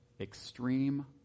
Extreme